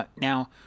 Now